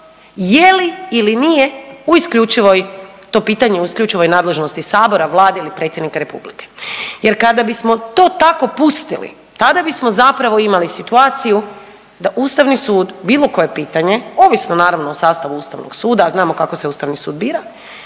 je li ili nije u isključivoj, to pitanje u isključivoj nadležnosti sabora, Vlade ili Predsjednika Republike. Jer kada bismo to tako pustili tada bismo zapravo imali situaciju da Ustavni sud bilo koje pitanje, ovisno naravno o sastavu Ustavnog suda, a znamo kako se Ustavni sud bira,